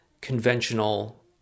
conventional